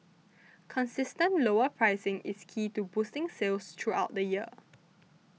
consistent lower pricing is key to boosting sales throughout the year